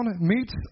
meets